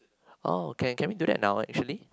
oh okay can we do that now actually